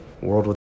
world